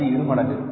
அது இருமடங்கு